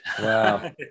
Wow